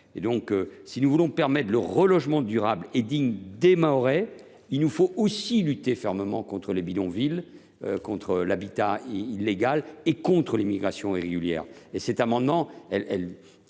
Mahorais. Si nous voulons permettre le relogement durable et digne des Mahorais, il nous faut aussi lutter fermement contre les bidonvilles, contre l’habitat illégal et contre l’immigration irrégulière. Or ces amendements tendent